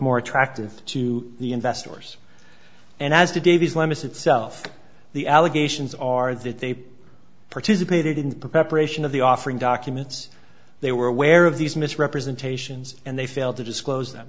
more attractive to the investors and as to davies limits itself the allegations are that they participated in preparation of the offering documents they were aware of these misrepresentations and they failed to disclose th